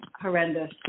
horrendous